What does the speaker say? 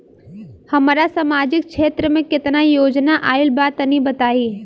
हमरा समाजिक क्षेत्र में केतना योजना आइल बा तनि बताईं?